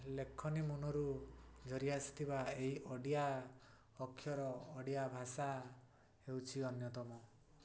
ଲେଖନୀମୁନରୁ ଝରି ଆସିଥିବା ଏହି ଓଡ଼ିଆ ଅକ୍ଷର ଓଡ଼ିଆ ଭାଷା ହେଉଛି ଅନ୍ୟତମ